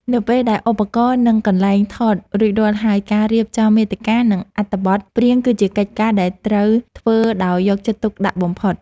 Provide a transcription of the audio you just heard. នៅពេលដែលឧបករណ៍ និងកន្លែងថតរួចរាល់ហើយការរៀបចំមាតិកា និងអត្ថបទព្រាងគឺជាកិច្ចការដែលត្រូវធ្វើដោយយកចិត្តទុកដាក់បំផុត។